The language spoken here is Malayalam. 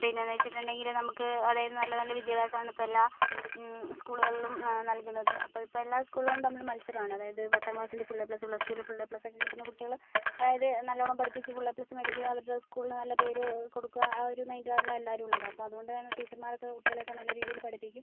പിന്നെന്ന് വെച്ചിട്ടുണ്ടെങ്കില് നമുക്ക് അതായത് നല്ല നല്ല വിദ്യാഭ്യാസമാണ് ഇപ്പം എല്ലാ സ്കൂളുകളിലും നൽകുന്നത് അപ്പം ഇപ്പം എല്ലാ സ്കൂളുകളും തമ്മിലും മത്സരമാണ് അതായത് പത്താം ക്ലാസ്സിൽ full A plus plus two വിന് ഫുൾ എ പ്ലസ് കിട്ടുന്ന കുട്ടികള് അതായത് നല്ലോണം പഠിപ്പിച്ച് ഫുൾ എ പ്ലസ് മേടിക്കുക അവരുടെ സ്കൂളിന് നല്ല പേര് കൊടുക്കുക ആ ഒരു മൈൻഡിലാണ് എല്ലാവരും ഉള്ളത് അപ്പം അതുകൊണ്ട് തന്നെ ടീച്ചർമാരൊക്കെ കുട്ടികളെ ഒക്കെ നല്ല രീതിയില് പഠിപ്പിക്കും